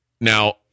Now